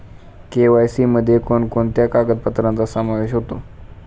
KYC मध्ये कोणकोणत्या कागदपत्रांचा समावेश होतो?